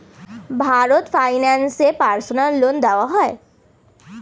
Bharat finance এ personal loan দেওয়া হয়?